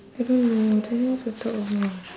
I don't know I don't know what to talk also